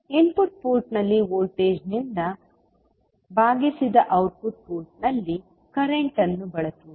input ಪೋರ್ಟ್ನಲ್ಲಿ ವೋಲ್ಟೇಜ್ನಿಂದ ಭಾಗಿಸಿದ ಔಟ್ಪುಟ್ ಪೋರ್ಟ್ನಲ್ಲಿ ಕರೆಂಟ್ ಅನ್ನು ಬಳಸುವುದು